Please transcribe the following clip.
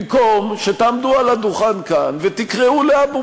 במקום שתעמדו על הדוכן כאן ותקראו לאבו